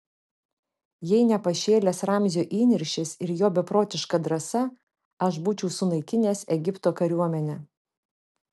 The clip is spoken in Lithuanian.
jei ne pašėlęs ramzio įniršis ir jo beprotiška drąsa aš būčiau sunaikinęs egipto kariuomenę